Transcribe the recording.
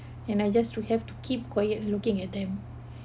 and I just have to keep quiet looking at them